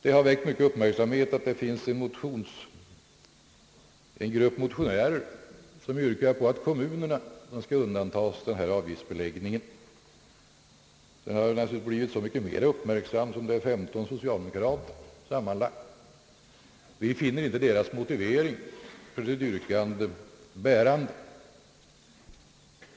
Det har väckt stor uppmärksamhet att en grupp motionärer yrkat på att kommunerna skall undantas från avgiftsbeläggningen. Motionen har naturligtvis blivit så mycket mer uppmärksammad som den stöds av sammanlagt 135 socialdemokrater. Vi finner inte motiveringen för deras hemställan bärande.